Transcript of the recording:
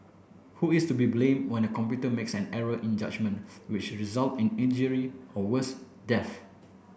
who is to be blamed when a computer makes an error in judgement which result in injury or worse death